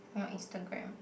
on your Instagram